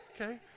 okay